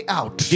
out